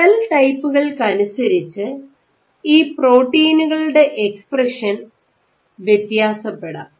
cell ടൈപ്പുകൾക്കനുസരിച്ച് ഈ പ്രോട്ടീനുകളുടെ എക്സ്പ്രഷൻ വ്യത്യാസപ്പെടാം